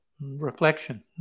reflection